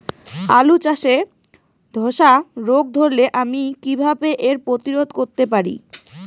আলু চাষে ধসা রোগ ধরলে আমি কীভাবে এর প্রতিরোধ করতে পারি?